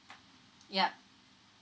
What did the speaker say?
ya